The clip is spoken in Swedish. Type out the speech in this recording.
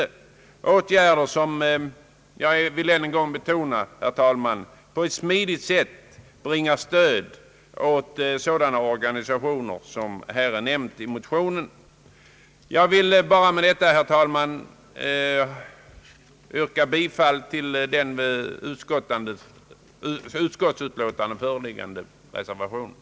Det skall vara åtgärder som — jag vill än en gång betona det, herr talman — på ett smidigt sätt ger stöd åt de organisationer som är nämnda i motionen. Jag vill med detta, herr talman, yrka bifall till den i utskottsutlåtandet föreliggande reservationen.